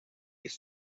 ist